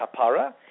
kapara